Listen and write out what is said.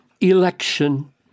election